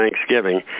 Thanksgiving